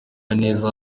neza